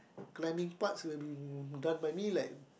cleaning part will be done by me like